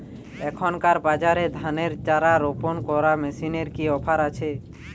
এখনকার বাজারে ধানের চারা রোপন করা মেশিনের কি অফার আছে?